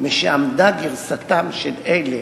משעמדה גרסתם של אלה